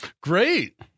Great